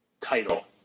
title